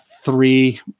three